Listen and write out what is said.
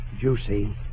juicy